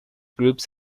groups